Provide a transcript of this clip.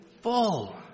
full